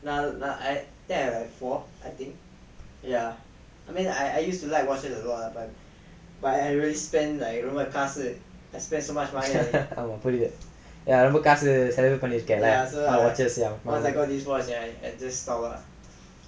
ya I remember ஆமா புரிது ரொம்ப காசு செலவு பண்ணீர்கியெல்லா:aamaa purithu kaasu selavu panneerkiyella cause everybody is getting it